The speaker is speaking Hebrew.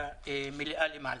במליאה למעלה.